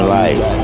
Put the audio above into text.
life